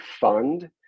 fund